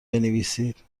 بنویسید